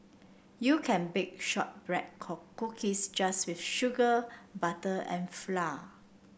you can bake shortbread cookies just with sugar butter and flour